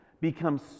become